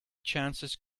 chances